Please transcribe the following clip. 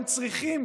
הם צריכים